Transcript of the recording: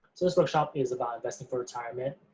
so this workshop is about investing for retirement.